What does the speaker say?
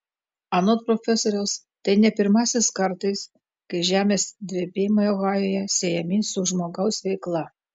anot profesoriaus tai ne pirmasis kartais kai žemės drebėjimai ohajuje siejami su žmogaus veikla